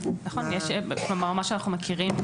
מה שאנחנו מכירים,